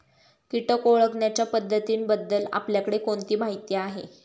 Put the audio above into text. कीटक ओळखण्याच्या पद्धतींबद्दल आपल्याकडे कोणती माहिती आहे?